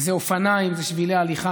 וזה אופניים ושבילי הליכה.